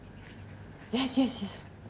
yes yes yes